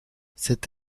cette